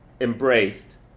embraced